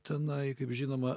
tenai kaip žinoma